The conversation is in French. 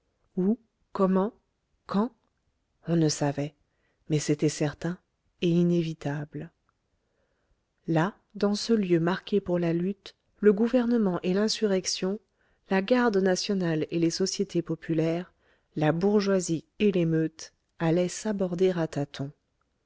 comment quand on ne savait mais c'était certain et inévitable là dans ce lieu marqué pour la lutte le gouvernement et l'insurrection la garde nationale et les sociétés populaires la bourgeoisie et l'émeute allaient s'aborder